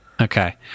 Okay